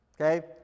okay